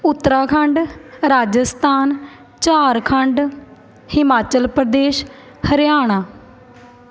Uttarakhand Rajasthan Jharkhand Himachal Pradesh Haryana